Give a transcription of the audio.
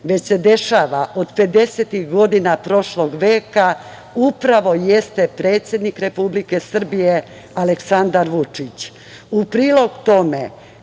već se dešava od pedesetih godina prošlog veka, upravo jeste predsednik Republike Srbije, Aleksandar Vučić.